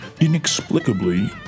inexplicably